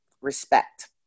respect